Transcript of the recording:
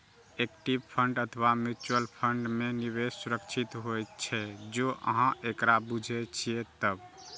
equity fund अथवा mutual fund मे निवेश सुरक्षित होइ छै, जौं अहां एकरा बूझे छियै तब